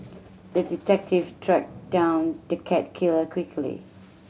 the detective tracked down the cat killer quickly